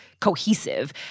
cohesive